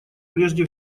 прежде